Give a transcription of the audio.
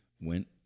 Went